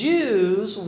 Jews